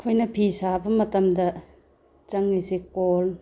ꯑꯩꯈꯣꯏꯅ ꯐꯤ ꯁꯥꯕ ꯃꯇꯝꯗ ꯆꯪꯏꯁꯤ ꯀꯣꯟ